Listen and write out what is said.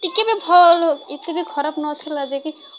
ଟିକେ ବି ଭଲ ଏତେ ବି ଖରାପ ନଥିଲା ଯେ କି